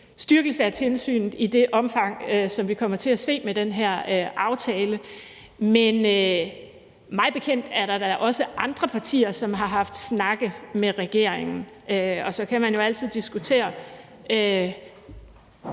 styrkelse af tilsynet i det omfang, som vi kommer til at se med den her aftale. Men mig bekendt er der da også andre partier, som har haft snakke med regeringen. Så kan man jo altid diskutere,